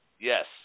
Yes